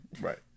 Right